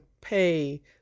pay